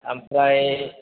आमफ्राइ